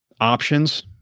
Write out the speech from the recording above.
options